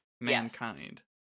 mankind